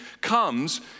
comes